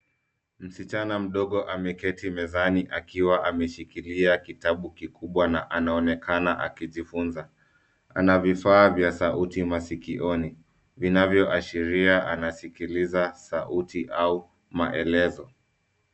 Msichana mdogo ameketi mezani akiwa ameshikilia kitabu kikubwa na anaonekana akijifunza. Ana vifaa vya sauti masikioni vinavyoashiria anasikiliza sauti au maelezo.